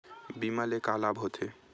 बीमा ले का लाभ होथे?